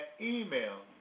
email